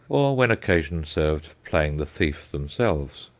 or, when occasion served, playing the thief themselves.